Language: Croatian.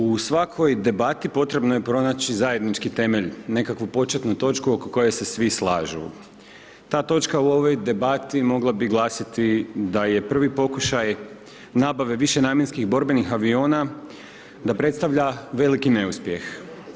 U svakoj debati potrebno je pronaći zajednički temelj, nekakvu početnu točku oko koje se svi slažu, ta točka u ovoj debati mogla bi glasiti da je prvi pokušaj nabave višenamjenskih borbenih aviona, da predstavlja veliki neuspjeh.